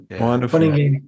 wonderful